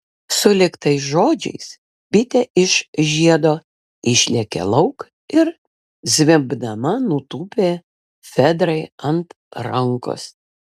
sulig tais žodžiais bitė iš žiedo išlėkė lauk ir zvimbdama nutūpė fedrai ant rankos